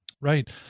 Right